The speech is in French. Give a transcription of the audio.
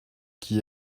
qui